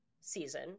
season